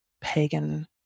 pagan